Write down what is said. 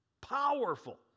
powerful